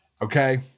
Okay